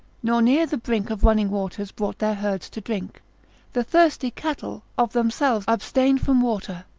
nor near the brink of running waters brought their herds to drink the thirsty cattle, of themselves, abstained from water,